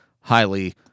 highly